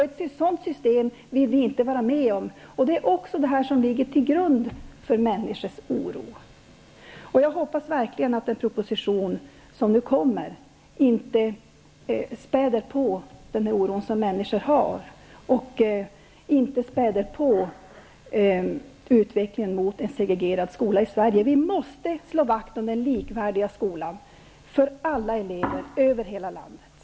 Ett sådant system vill vi inte vara med om. Det är också sådant som ligger till grund för människors oro. Jag hoppas verkligen att den proposition som nu kommer inte späder på den oro som människor känner och inte späder på utvecklingen mot en segregerad skola i Sverige. Vi måste slå vakt om den likvärdiga skolan för alla elever över hela landet.